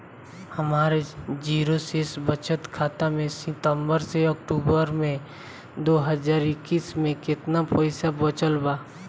हमार जीरो शेष बचत खाता में सितंबर से अक्तूबर में दो हज़ार इक्कीस में केतना पइसा बचल बा?